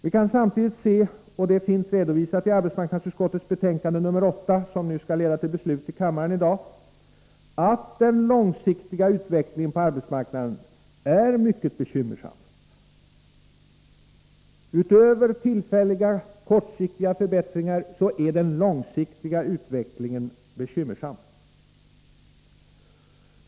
Vi kan samtidigt se — och detta finns redovisat i arbetsmarknadsutskottets betänkande nr 8, som nu skall leda till beslut i kammaren — att utöver tillfälliga kortsiktiga förbättringar är den långsiktiga utvecklingen på arbetsmarknaden mycket bekymmersam.